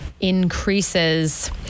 increases